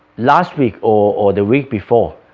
last week or the week before,